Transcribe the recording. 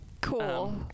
Cool